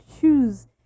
choose